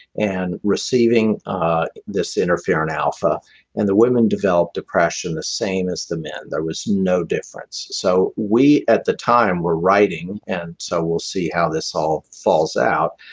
and receiving this interferon alpha and the women developed depression the same as the men. there was no difference. so we at the time were writing and so we'll see how this all falls out.